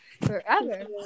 Forever